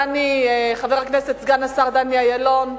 חבר הכנסת סגן השר דני אילון,